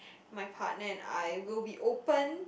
my partner and I will be open